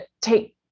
take